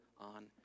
on